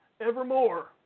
evermore